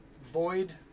void